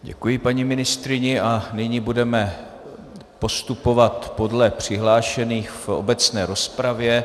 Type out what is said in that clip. Děkuji paní ministryni a nyní budeme postupovat podle přihlášených v obecné rozpravě.